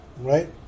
right